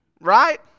Right